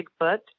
Bigfoot